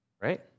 right